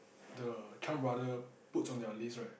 the Chan-Brother puts on their list right